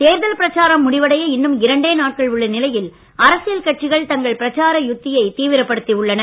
தேர்தல் பிரச்சாரம் முடிவடைய இன்னும் இரண்டே நாட்கள் உள்ள நிலையில் அரசியல் கட்சிகள் தங்கள் பிரச்சார யுத்தியை தீவிரப்படுத்தி உள்ளன